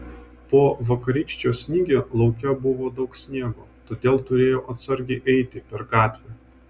po vakarykščio snygio lauke buvo daug sniego todėl turėjau atsargiai eiti per gatvę